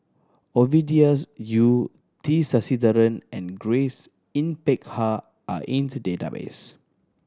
Ovidia's Yu T Sasitharan and Grace Yin Peck Ha are in the database